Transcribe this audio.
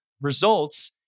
results